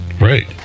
Right